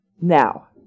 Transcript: Now